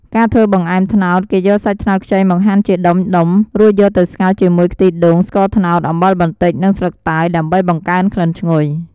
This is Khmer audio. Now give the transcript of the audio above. ការធ្វើបង្អែមត្នោត គេយកសាច់ត្នោតខ្ចីមកហាន់ជាដុំៗ រួចយកទៅស្ងោរជាមួយខ្ទិះដូង ស្ករត្នោត អំបិលបន្តិច និងស្លឹកតើយ ដើម្បីបង្កើនក្លិនឈ្ងុយ។